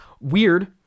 weird